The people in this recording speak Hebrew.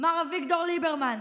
מר אביגדור ליברמן,